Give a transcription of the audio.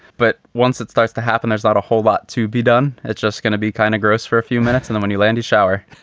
but once it starts to happen there's not a whole lot to be done. it's just gonna be kind of gross for a few minutes and when you landi shower,